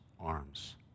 arms